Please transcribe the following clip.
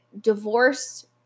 divorced